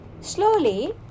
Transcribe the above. Slowly